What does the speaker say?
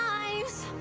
eyes